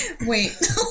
Wait